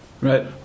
Right